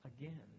again